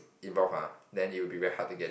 involved ah then it'll be very hard to get it